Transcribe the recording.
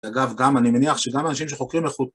אגב, גם אני מניח שגם אנשים שחוקרים איכות